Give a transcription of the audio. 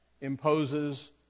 imposes